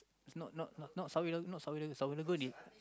it's not not not not Sunway-Lagoon Sunway-Lagoon is